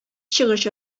чыгыш